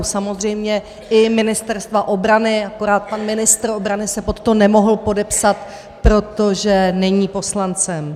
Samozřejmě i Ministerstva obrany, akorát pan ministr obrany se pod to nemohl podepsat, protože není poslancem.